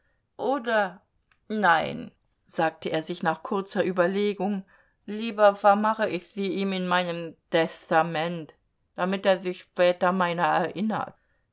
oder nein sagte er sich nach kurzer überlegung lieber vermache ich sie ihm in meinem testament damit er sich später meiner erinnert